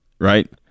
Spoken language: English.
Right